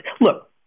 Look